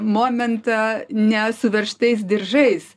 momentą nes suveržtais diržais